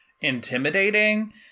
intimidating